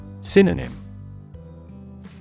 Synonym